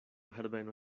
herbeno